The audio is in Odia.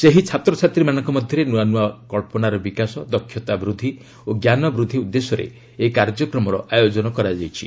ସେହି ଛାତ୍ରଛାତ୍ରୀମାନଙ୍କ ମଧ୍ୟରେ ନୂଆ ନୂଆ କଳ୍ପନାର ବିକାଶ ଦକ୍ଷତା ବୃଦ୍ଧି ଓ ଜ୍ଞାନବୃଦ୍ଧି ଉଦ୍ଦେଶ୍ୟର ଏହି କାର୍ଯ୍ୟକ୍ରମର ଆୟୋଜନ କରାଯାଇଛି